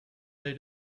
they